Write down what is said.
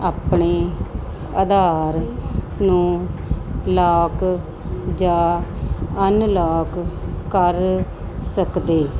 ਆਪਣੇ ਆਧਾਰ ਨੂੰ ਲਾਕ ਜਾਂ ਅਨਲਾਗ ਕਰ ਸਕਦੇ